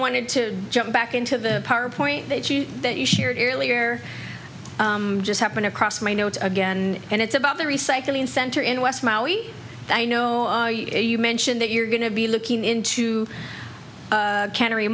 wanted to jump back into the power point that you that you shared earlier just happen across my notes again and it's about the recycling center in west maui i know you mentioned that you're going to be looking into cannery